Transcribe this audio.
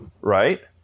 right